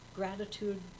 gratitude